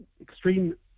extreme